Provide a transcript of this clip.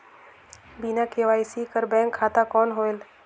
बिना के.वाई.सी कर बैंक खाता कौन होएल?